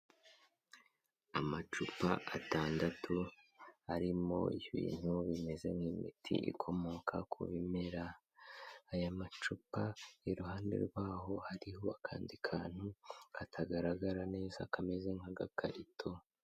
Amacupa atandatu arimo ibintu bimeze nk'imiti ikomoka ku bimera, aya macupa iruhande rwaho hariho akandi kantu katagaragara neza kameze nk'agakarito.